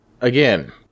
again